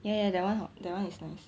ya ya that one that one is nice